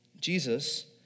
Jesus